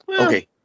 Okay